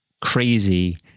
crazy